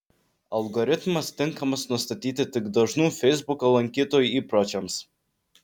algoritmas tinkamas nustatyti tik dažnų feisbuko lankytojų įpročiams